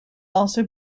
also